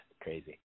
Crazy